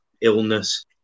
illness